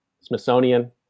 Smithsonian